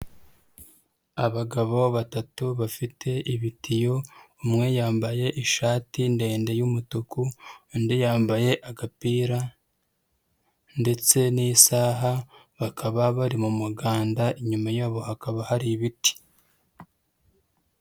Abagabo batatu bafite ibitiyo, umwe yambaye ishati ndende y'umutuku, undi yambaye agapira ndetse n'isaha bakaba bari mu muganda, inyuma yabo hakaba hari ibiti.